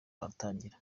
watangira